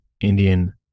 Indian